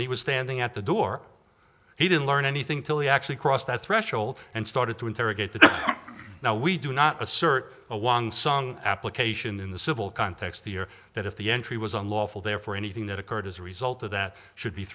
when he was standing at the door he didn't learn anything till he actually crossed that threshold and started to interrogate the now we do not assert a one sung application in the civil context here that if the entry was unlawful therefore anything that occurred as a result of that should be